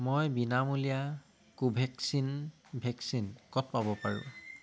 মই বিনামূলীয়া Covaxin vaccine ক'ত পাব পাৰোঁ